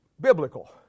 biblical